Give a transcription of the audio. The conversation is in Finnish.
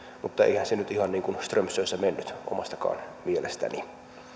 mutta eihän se nyt ihan niin kuin strömsössä mennyt omastakaan mielestäni